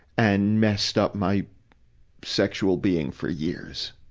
and messed up my sexual being for years.